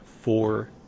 four